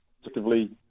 effectively